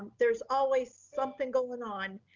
there's always something going on.